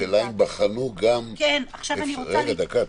השאלה אם בחנו גם -- אני רוצה --- דקה,